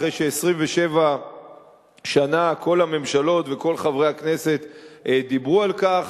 אחרי ש-27 שנה כל הממשלות וכל חברי הכנסת דיברו על כך?